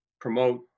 promote